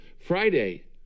Friday